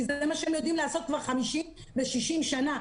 כי זה מה שהם יודעים לעשות כבר 50 ו-60 שנה.